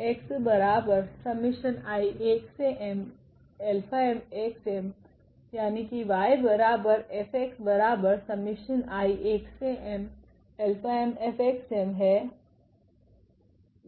तो हमारे पास है